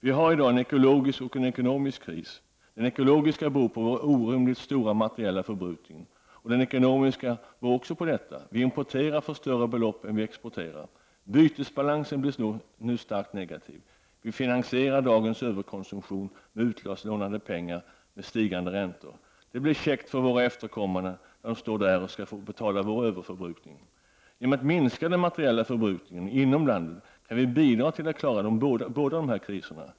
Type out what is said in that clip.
Vi har i dag en ekologisk och en ekonomisk kris. Den ekologiska beror på vår orimligt stora materiella förbrukning. Den ekonomiska beror också på detta. Vi importerar för större belopp än vi exporterar. Bytesbalansen blir nu starkt negativ. Vi finansierar dagens överkonsumtion med utlandslånade pengar till stigande räntor. Det blir käckt för våra efterkommande när de står där och får betala för vår överförbrukning. Genom att minska den materiella förbrukningen inom landet kan vi bidra till att klara de båda kriserna.